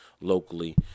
locally